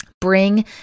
Bring